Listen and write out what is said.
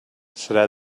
serà